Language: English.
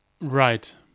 Right